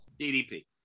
DDP